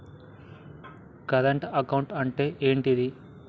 Current account అంటే ఏంటిది?